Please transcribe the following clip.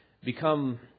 become